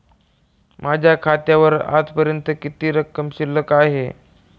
माझ्या खात्यावर आजपर्यंत किती रक्कम शिल्लक आहे?